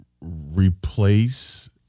Replace